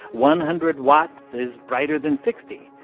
one hundred watts is brighter than sixty.